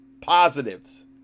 positives